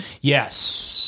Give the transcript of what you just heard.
yes